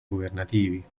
governativi